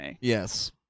yes